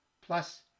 plus